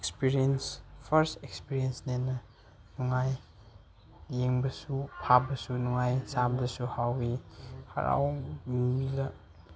experience first ꯑꯦꯛꯁꯄꯔꯤꯌꯦꯟꯁꯅꯤꯅ ꯅꯨꯡꯉꯥꯏ ꯌꯦꯡꯕꯁꯨ ꯐꯥꯕꯁꯨ ꯅꯨꯡꯉꯥꯏ ꯆꯥꯕꯗꯁꯨ ꯍꯥꯎꯋꯤ ꯍꯔꯥꯎ